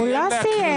הוא לא סיים.